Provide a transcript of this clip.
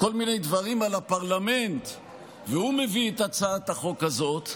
כל מיני דברים על הפרלמנט והוא מביא את הצעת החוק הזאת,